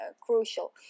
crucial